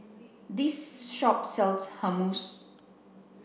this shop sells Hummus